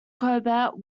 corbett